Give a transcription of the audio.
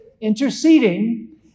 interceding